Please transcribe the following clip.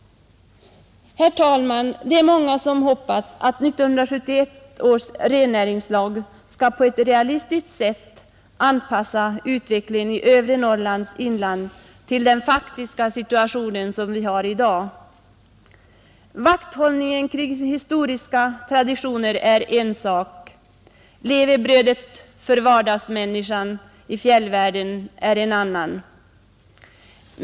Herr talman! Det är många som hoppas att 1971 års rennäringslag på ett realistiskt sätt skall anpassa utvecklingen i övre Norrlands inland till den faktiska situation som vi i dag har. Vakthållningen kring historiska traditioner är en sak, levebrödet för vardagsmänniskan i fjällvärlden är en annan.